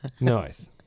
Nice